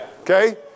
Okay